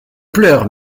pleure